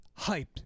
hyped